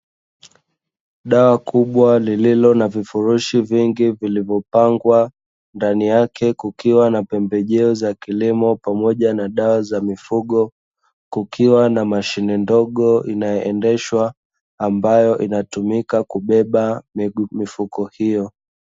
Dawa kubwa lililo na vifurushi vingi vilivyopangwa, ndani yake kukiwa na pembejeo za kilimo pamoja na dawa za mifugo, kukiwa na mashine ndogo inayoendeshwa, ambayo inatumika kubeba mifuko hiyo.